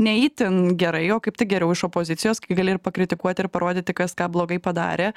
ne itin gerai o kaip tik geriau iš opozicijos kai gali ir pakritikuot ir parodyti kas ką blogai padarė